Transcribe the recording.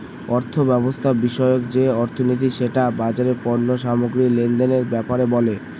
অর্থব্যবস্থা বিষয়ক যে অর্থনীতি সেটা বাজারের পণ্য সামগ্রী লেনদেনের ব্যাপারে বলে